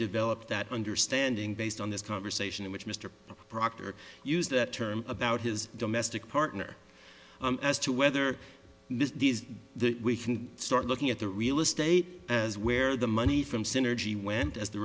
developed that understanding based on this conversation in which mr proctor used that term about his domestic partner as to whether we can start looking at the real estate as where the money from synergy went as the